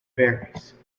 berries